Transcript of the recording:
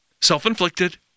self-inflicted